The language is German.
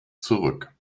zurück